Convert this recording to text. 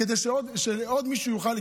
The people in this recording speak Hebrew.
כדי שעוד מישהו יוכל,